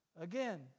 Again